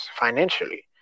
financially